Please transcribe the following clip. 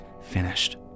finished